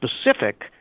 specific